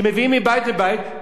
כולל הברית החדשה.